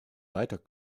weiter